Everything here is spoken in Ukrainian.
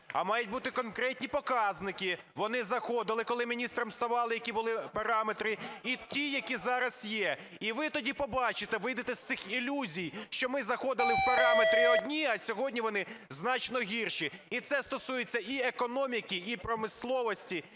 а мають бути конкретні показники. Вони заходили, коли міністрами ставали, які були параметри, і ті, які зараз є. І ви тоді побачите, вийдете з цих ілюзій, що ми заходили в параметри одні, а сьогодні вони значно гірші. І це стосується і економіки, і промисловості,